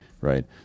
right